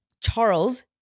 Charles